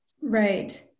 Right